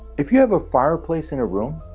if you have a fireplace in a room,